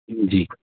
जी